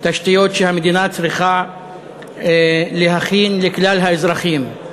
תשתיות שהמדינה צריכה להכין לכלל האזרחים.